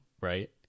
right